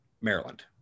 Maryland